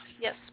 yes